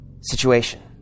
situation